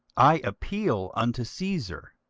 i appeal unto caesar.